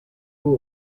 fool